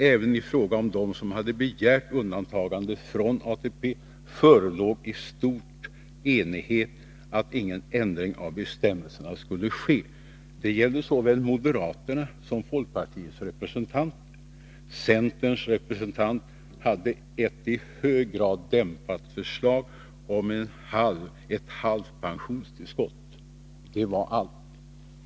Även i fråga om dem som hade begärt undantagande från ATP förelåg i stort enighet om att ingen ändring av bestämmelserna skulle ske. Det gällde såväl moderaterna som folkpartiets representant. Centerns representant hade ett i hög grad dämpat förslag om ett halvt pensionstillskott — det var allt.